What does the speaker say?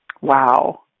Wow